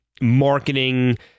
marketing